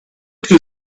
two